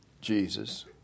Jesus